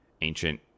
ancient